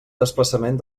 desplaçament